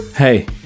hey